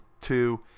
two